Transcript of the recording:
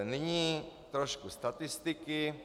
Nyní trošku statistiky.